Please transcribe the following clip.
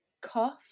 cough